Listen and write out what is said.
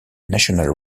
national